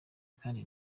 kandi